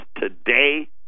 Today